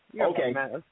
Okay